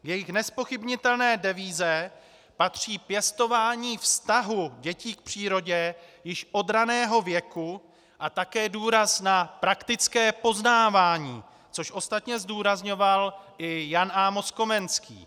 K jejich nezpochybnitelné devize patří pěstování vztahu dětí k přírodě již od raného věku a také důraz na praktické poznávání, což ostatně zdůrazňoval i Jan Amos Komenský.